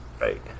Right